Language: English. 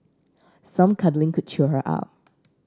some cuddling could cheer her up